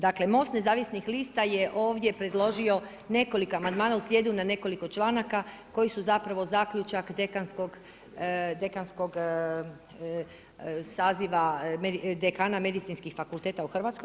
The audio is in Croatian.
Dakle, MOST nezavisnih lista je ovdje predložio nekoliko amandmana u slijedu na nekoliko članaka koji su zapravo zaključak dekanskog saziva dekana medicinskih fakulteta u Hrvatskoj.